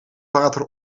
water